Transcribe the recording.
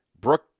Brooke